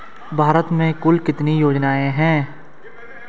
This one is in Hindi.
भारत में कुल कितनी योजनाएं हैं?